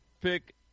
pick